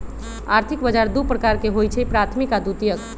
आर्थिक बजार दू प्रकार के होइ छइ प्राथमिक आऽ द्वितीयक